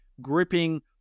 gripping